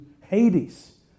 Hades